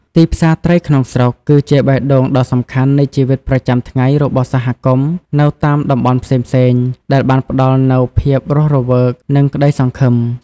ទីផ្សារត្រីក្នុងស្រុក គឺជាបេះដូងដ៏សំខាន់នៃជីវិតប្រចាំថ្ងៃរបស់សហគមន៍នៅតាមតំបន់ផ្សេងៗដែលបានផ្តល់នូវភាពរស់រវើក និងក្ដីសង្ឃឹម។